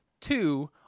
two